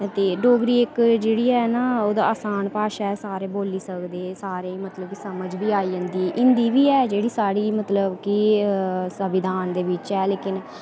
ते डोगरी इक्क जेह्ड़ी ऐ ना इक्क आसान भाशा ऐ सारे बोल्ली सकदे ते सारें गी मतलब समझ आई जंदी हिंदी बी ऐ जेह्ड़ी साढ़ी मतलब कि संविधान दे बिच ऐ लेकिन